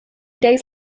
days